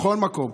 בכל מקום.